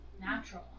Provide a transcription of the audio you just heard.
natural